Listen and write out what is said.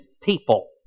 people